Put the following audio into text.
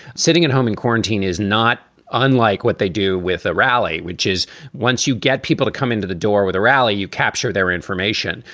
sitting at home in quarantine is not unlike what they do with a rally, which is once you get people to come into the door with a rally, you capture their information.